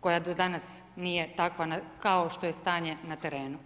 koja do danas nije takva kao što je stanje na terenu.